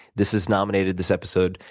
this is nominated, this episode,